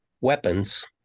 weapons